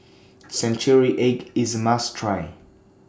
Century Egg IS A must Try